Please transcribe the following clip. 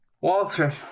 Walter